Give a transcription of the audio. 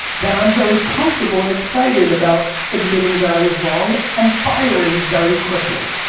that i'm very comfortable and excited about admitting that i was wrong and firing very quickly.